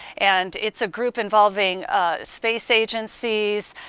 and it's a group involving space agencies,